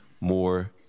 more